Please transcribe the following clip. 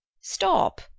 Stop